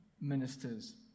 ministers